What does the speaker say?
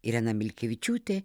irena milkevičiūtė